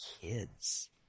kids